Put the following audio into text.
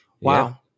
wow